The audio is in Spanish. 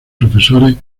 profesores